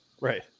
right